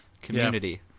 community